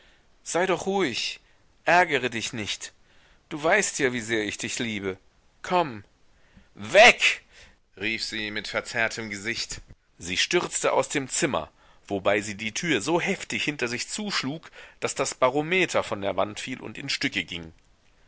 sei doch ruhig ärgere dich nicht du weißt ja wie sehr ich dich liebe komm weg rief sie mit verzerrtem gesicht sie stürzte aus dem zimmer wobei sie die tür so heftig hinter sich zuschlug daß das barometer von der wand fiel und in stücke ging